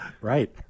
Right